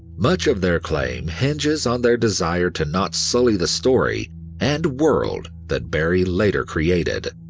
much of their claim hinges on their desire to not sully the story and world that barrie later created.